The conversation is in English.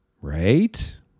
right